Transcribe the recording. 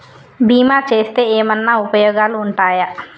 బీమా చేస్తే ఏమన్నా ఉపయోగాలు ఉంటయా?